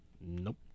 Nope